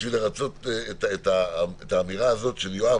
בשביל לרצות את האמירה הזאת של יואב,